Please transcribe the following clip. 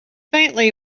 faintly